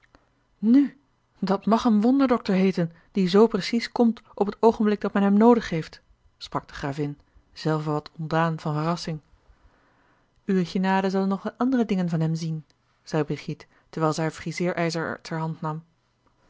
nu dat mag een wonderdokter heeten die zoo precies komt op t oogenblik dat men hem noodig heeft sprak de gravin zelve wat ontdaan van verrassing uwe genade zal nog wel andere dingen van hem zien zeî brigitte terwijl zij haar friseerijzer ter hand nam